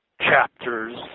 chapters